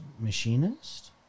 Machinist